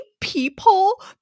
people